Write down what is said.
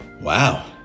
Wow